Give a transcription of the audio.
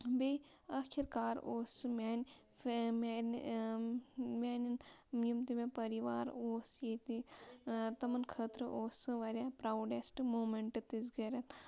بیٚیہِ آخر کار اوس سُہ میانہِ میانہِ میانٮ۪ن یِم تہِ مےٚ پری وار اوس ییٚتہِ تمَن خٲطرٕ اوس سُہ واریاہ پراوڈٮ۪سٹ موٗمٮ۪نٹ تِژ گَرٮ۪ن